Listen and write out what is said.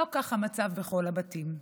לא כך המצב בכל הבתים.